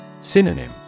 Synonym